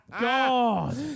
God